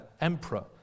emperor